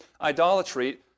Idolatry